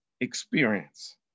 experience